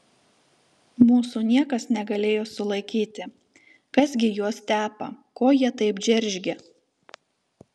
mūsų niekas negalėjo sulaikyti kas gi juos tepa ko jie taip džeržgia